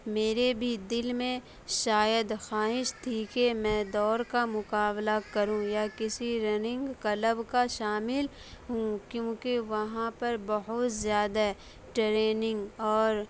میرے بھی دل میں شاید خواہش تھی کہ میں دوڑ کا مقابلہ کروں یا کسی رننگ کلب کا شامل ہوں کیونکہ وہاں پر بہت زیادہ ٹریننگ اور